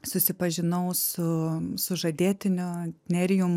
susipažinau su sužadėtiniu nerijum